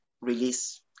release